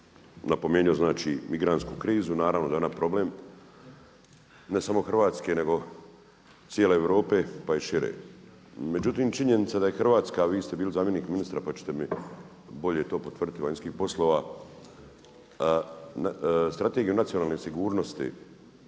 napomenuo znači migrantsku krizu. Naravno da je ona problem ne samo Hrvatske, nego cijele Europe pa i šire. Međutim, činjenica da je Hrvatska, a vi ste bili zamjenik ministra pa ćete mi bolje to potvrditi vanjskih poslova Strategiju nacionalne sigurnosti